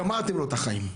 גמרתם לו את החיים.